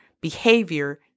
behavior